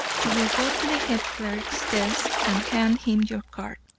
you will go to the head clerk's desk and hand him your card.